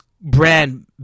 brand